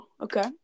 okay